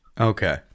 Okay